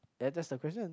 ya that's the question